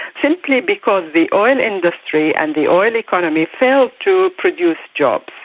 simply because the oil industry and the oil economy failed to produce jobs.